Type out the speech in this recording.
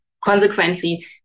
Consequently